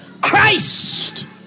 Christ